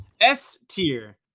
S-tier